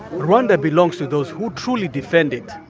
rwanda belongs to those who truly defend it.